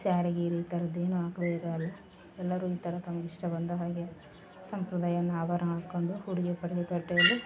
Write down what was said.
ಸ್ಯಾರಿ ಗೀರಿ ಈ ಥರದ್ ಏನೋ ಹಾಕಿದೆ ಇರೋ ಅಲ್ಲಿ ಎಲ್ಲರೂ ಈ ಥರ ತಮ್ಗೆ ಇಷ್ಟ ಬಂದ ಹಾಗೆ ಸಂಪ್ರದಾಯನ ಆಭರ್ಣ ಹಾಕಂಡು ಉಡುಗೆ ಪಡುಗೆ ತೊಟ್ಕೊಂಡು